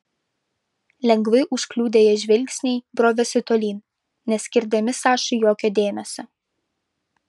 lengvai užkliudę ją žvilgsniai brovėsi tolyn neskirdami sašai jokio dėmesio